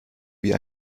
wie